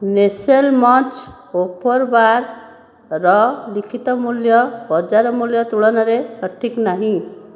Nestle Munch wafer ବାର୍ର ଲିଖିତ ମୂଲ୍ୟ ବଜାର ମୂଲ୍ୟ ତୁଳନାରେ ସଠିକ୍ ନାହିଁ